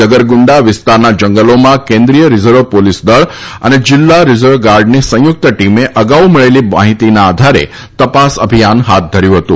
જગરગુંડા વિસ્તારના જંગલોમાં કેન્દ્રીય રિઝર્વ પોલીસ દળ અને જિલ્લા રિઝર્વ ગાર્ડની સંયુક્ત ટીમે અગાઉ મળેલી માહિતીના આધારે તપાસ અભિયાન હાથ ધર્યું હતું